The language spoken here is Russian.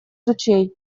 ручей